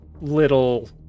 little